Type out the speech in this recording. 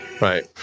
right